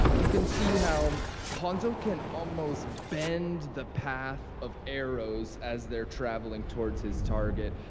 you can see how hanzo can almost bend the path of arrows as they're traveling towards his target,